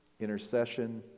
intercession